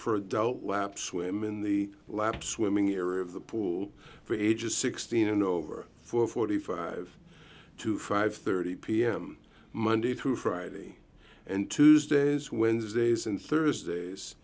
for adult lap swim in the lap swimming area of the pool for ages sixteen and over for forty five to five thirty pm monday through friday and tuesdays wednesdays and thursdays